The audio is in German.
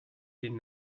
den